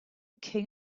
king